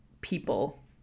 people